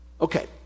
okay